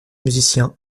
musicien